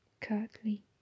curtly